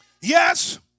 Yes